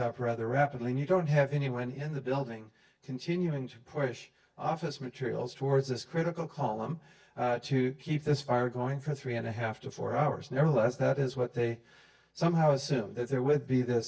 up rather rapidly and you don't have anyone in the building continuing to push office materials towards this critical column to keep this fire going for three and a half to four hours never less that is what they somehow assume there will be th